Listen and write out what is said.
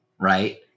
right